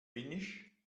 finnisch